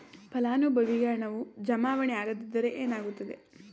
ಫಲಾನುಭವಿಗೆ ಹಣವು ಜಮಾವಣೆ ಆಗದಿದ್ದರೆ ಏನಾಗುತ್ತದೆ?